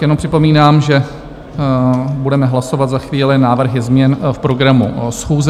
Jenom připomínám, že budeme hlasovat za chvíli návrhy změn v programu schůze.